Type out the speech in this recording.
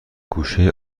گوشه